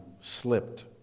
slipped